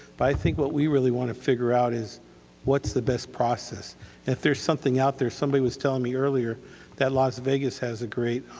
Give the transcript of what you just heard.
but i think what we really want to figure out is what's the best process. and if there's something out there, somebody was telling me earlier that las vegas has a great